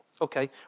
okay